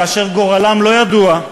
כאשר גורלם לא ידוע,